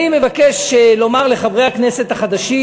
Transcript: אני מבקש לומר לחברי הכנסת החדשים,